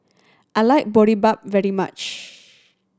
I like Boribap very much